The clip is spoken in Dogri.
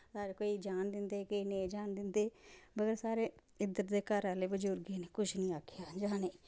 कोई जान दिंदे केईं नेंई जान दिंदे मगर साढ़े इध्दर दे घर आह्लें बजुर्गें नी कुछ नी आक्खेआ जानेई